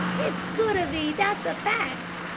it's good of ee, that's a fact.